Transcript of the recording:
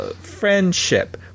friendship